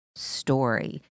story